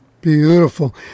Beautiful